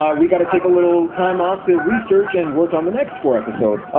we gotta take a little time off to research and work on the next four episodes.